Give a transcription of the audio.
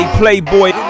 playboy